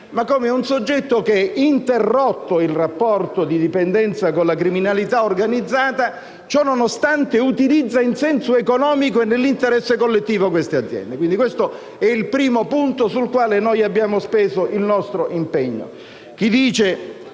ma come un soggetto che, interrotto il rapporto di dipendenza con la criminalità organizzata, ciononostante utilizza in senso economico e nell'interesse collettivo queste aziende. Questo è il primo punto sul quale abbiamo speso il nostro impegno.